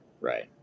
right